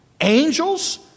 Angels